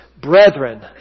brethren